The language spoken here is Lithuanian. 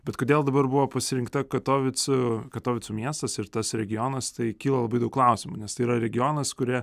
bet kodėl dabar buvo pasirinkta katovicų katovicų miestas ir tas regionas tai kyla labai daug klausimų nes tai yra regionas kuria